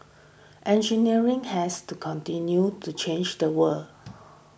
engineering has to continues to change the world